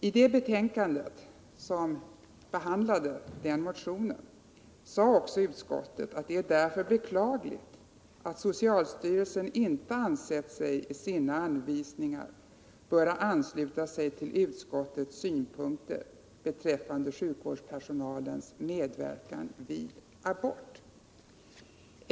I det betänkande som behandlade den motionen sade utskottet också: Det är därför beklagligt att socialstyrelsen inte ansett sig i sina anvisningar böra ansluta sig till utskottets synpunkter beträffande sjukvårdspersonalens medverkan vid abort.